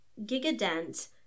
Gigadent